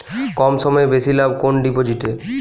কম সময়ে বেশি লাভ কোন ডিপোজিটে?